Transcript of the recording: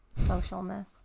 socialness